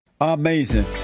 Amazing